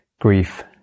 Grief